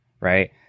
right